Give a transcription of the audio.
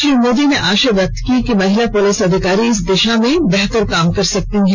श्री मोदी ने आशा व्यक्त की कि महिला पुलिस अधिकारी इस दिशा में बेहतर काम कर सकती हैं